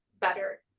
better